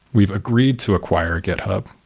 we've agreed to acquire github.